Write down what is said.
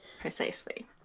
Precisely